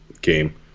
game